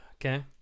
okay